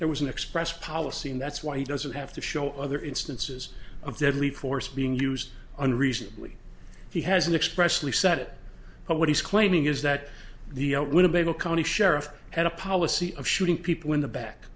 there was an express policy and that's why he doesn't have to show other instances of deadly force being used unreasonably he has an expression he said but what he's claiming is that the winnebago county sheriff had a policy of shooting people in the back